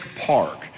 Park